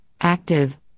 active